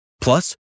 Plus